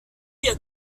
été